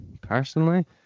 personally